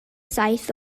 saith